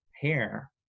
hair